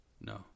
No